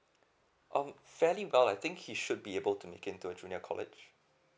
um fairly well I think he should be able to make into a junior college